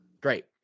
great